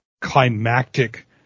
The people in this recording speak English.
climactic